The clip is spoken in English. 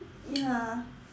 ya